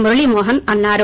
మురళి మోహన్ అన్నారు